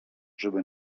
żeby